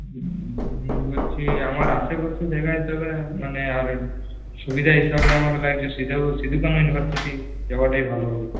বলছি আমার আশেপাশে জায়গা হিসেবে মানে আরে সুবিধা হিসেবে আমাকে লাগছে সিধু কানু ইউনিভার্সিটি যাওয়াটাই ভালো হবে